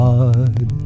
God